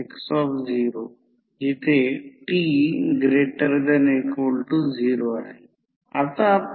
तर थोडेसे जे काही अभ्यास केले आहे ते फेझर आकृतीसाठी इतर गोष्टी नंतर एक लहान उदाहरण घेऊ